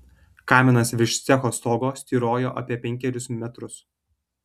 kaminas virš cecho stogo styrojo apie penkerius metrus